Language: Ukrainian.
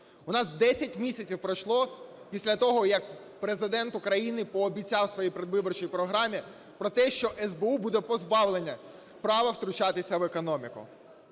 У нас 10 місяців пройшло після того, як Президент України пообіцяв у своїй передвиборчій програмі про те, що СБУ буде позбавлена права втручатися в економіку.